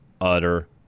utter